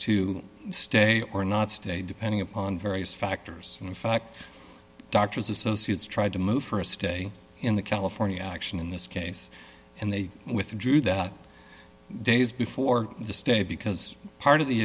to stay or not stay depending upon various factors and in fact doctors associates tried to move for a stay in the california action in this case and they withdrew that days before the stay because part of the